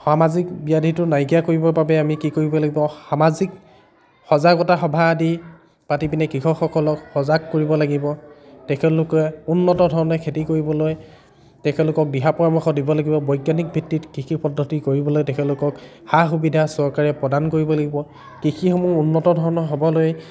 সামাজিক ব্যাধিটো নাইকিয়া কৰিবৰ বাবে আমি কি কৰিব লাগিব সামাজিক সজাগতা সভা আদি পাতি পিনাই কৃষকসকলক সজাগ কৰিব লাগিব তেখেতলোকে উন্নত ধৰণে খেতি কৰিবলৈ তেখেতলোকক দিহা পৰামৰ্শ দিব লাগিব বৈজ্ঞানিক ভিত্তিত কৃষি পদ্ধতি কৰিবলৈ তেখেতলোকক সা সুবিধা চৰকাৰে প্ৰদান কৰিব লাগিব কৃষিসমূহ উন্নত ধৰণৰ হ'বলৈ